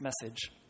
message